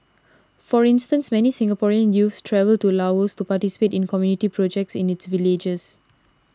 for instance many Singaporean youths travel to Laos to participate in community projects in its villages